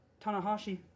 Tanahashi